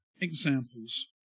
examples